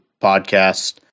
podcast